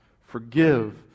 Forgive